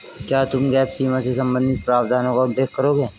क्या तुम गैप सीमा से संबंधित प्रावधानों का उल्लेख करोगे?